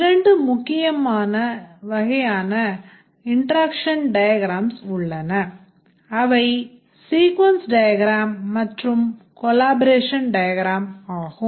இரண்டு முக்கிய வகையான interaction diagrams உள்ளன அவை sequence diagram மற்றும் collaboration diagram ஆகும்